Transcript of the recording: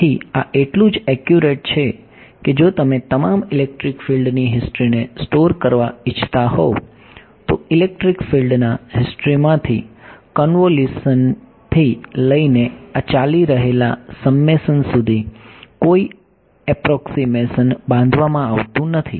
તેથી આ એટલું જ એક્યુરેટ છે કે જો તમે તમામ ઈલેક્ટ્રિક ફિલ્ડની હિસ્ટ્રીને સ્ટોર કરવા ઈચ્છતા હોવ તો ઈલેક્ટ્રિક ફિલ્ડના હિસ્ટ્રીમાંથી કન્વ્યુલેશનથી લઈને આ ચાલી રહેલા સમ્મેશન સુધી કોઈ એપ્રોક્સીમેશન બાંધવામાં આવતો નથી